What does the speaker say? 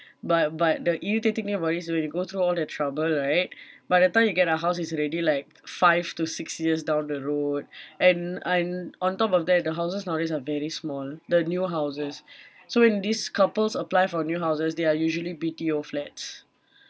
but but the irritating thing about this is when you go through all that trouble right by the time you get the house it's already like five to six years down the road and and on top of that the houses nowadays are very small the new houses so when these couples apply for new houses they are usually B_T_O flats